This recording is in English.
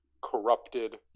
corrupted